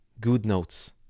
GoodNotes